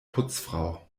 putzfrau